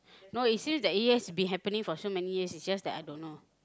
no it seems that it has been happening for so many years it's just that I don't know